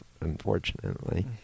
unfortunately